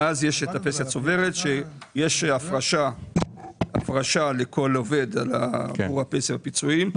מאז יש את הפנסיה הצוברת שיש הפרשה לכל עובד עבור הפנסיה ופיצויים,